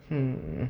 hmm